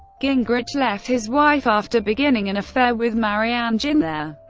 gingrich left his wife after beginning an affair with marianne ginther.